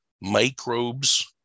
microbes